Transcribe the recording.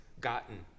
gotten